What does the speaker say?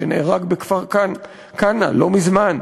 שנהרג בכפר-כנא לא מזמן,